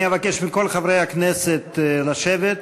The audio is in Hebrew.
אני אבקש מכל חברי הכנסת לשבת.